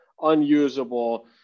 unusable